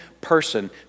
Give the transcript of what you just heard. person